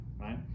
right